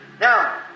Now